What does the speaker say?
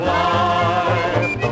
life